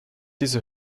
diese